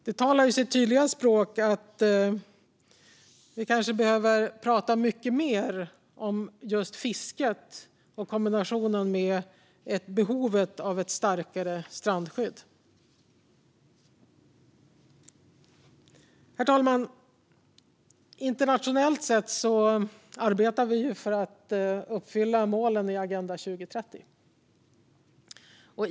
Det talar sitt tydliga språk när det gäller att vi behöver prata mycket mer om just fisket i kombination med behovet av ett starkare strandskydd. Herr talman! Internationellt sett arbetar vi för att uppfylla målen i Agenda 2030.